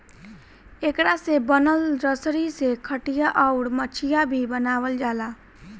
एकरा से बनल रसरी से खटिया, अउर मचिया भी बनावाल जाला